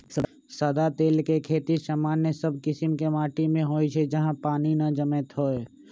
सदा तेल के खेती सामान्य सब कीशिम के माटि में होइ छइ जहा पानी न जमैत होय